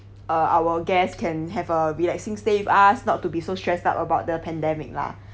uh our guests can have a relaxing stay with us not to be so stressed out about the pandemic lah